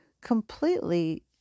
completely